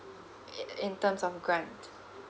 it in terms of grant